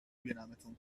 بینمتون